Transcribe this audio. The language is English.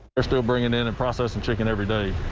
they're still bringing in and processing chicken every day.